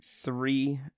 three